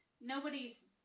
nobody's